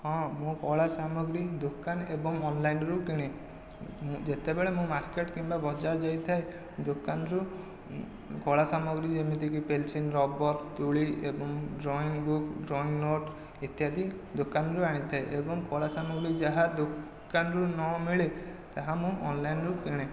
ହଁ ମୁଁ କଳା ସାମଗ୍ରୀ ଦୋକାନ ଏବଂ ଅନ୍ଲାଇନ୍ରୁ କିଣେ ଯେତେବେଳେ ମୁଁ ମାର୍କେଟ କିମ୍ବା ବଜାର ଯାଇଥାଏ ଦୋକାନରୁ କଳା ସାମଗ୍ରୀ ଯେମିତିକି ପେନସିଲ୍ ରବର ତୂଳୀ ଏବଂ ଡ୍ରଇଂ ବୁକ୍ ଡ୍ରଇଂ ନୋଟ୍ ଇତ୍ୟାଦି ଦୋକାନରୁ ଆଣିଥାଏ ଏବଂ କଳା ସାମଗ୍ରୀ ଯାହା ଦୋକାନରୁ ନ ମିଳେ ତାହା ମୁଁ ଅନ୍ଲାଇନ୍ରୁ କିଣେ